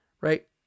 right